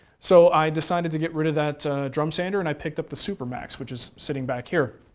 so, i decided to get rid of that drum sander and i picked up the super max, which is sitting back here.